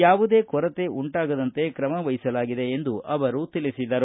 ಯಾವುದೇ ಕೊರತೆ ಉಂಟಾಗದಂತೆ ಕ್ರಮವಹಿಸಲಾಗಿದೆ ಎಂದು ಅವರು ತಿಳಿಸಿದರು